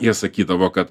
jie sakydavo kad